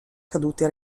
cadute